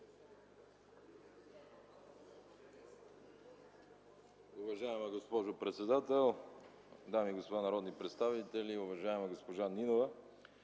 Уважаема госпожо председател, дами и господа народни представители, многоуважаема госпожо Нинова!